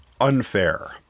unfair